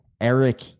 Eric